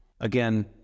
Again